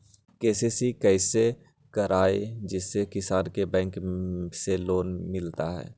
KCC कैसे कराये जिसमे किसान को बैंक से लोन मिलता है?